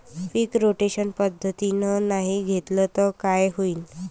पीक rotation पद्धतीनं नाही घेतलं तर काय होईन?